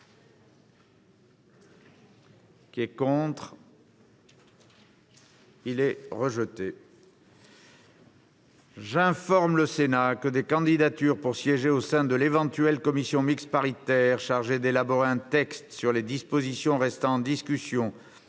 aux voix l'amendement n° 233. J'informe le Sénat que des candidatures pour siéger au sein de l'éventuelle commission mixte paritaire chargée d'élaborer un texte sur les dispositions restant en discussion